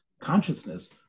consciousness